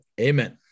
Amen